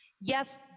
yes